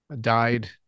died